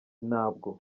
ntabwo